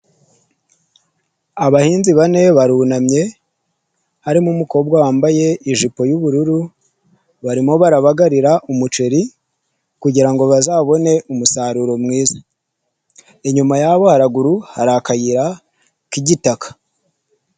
Abahinzi bane barunamye, harimo umukobwa wambaye ijipo y'ubururu, barimo barabagarira umuceri kugira ngo bazabone umusaruro mwiza, inyuma yabo haruguru hari akayira k'igitaka.